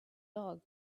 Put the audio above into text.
dog